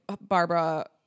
Barbara